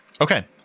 Okay